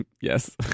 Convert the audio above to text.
Yes